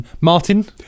martin